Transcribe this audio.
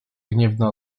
gniewna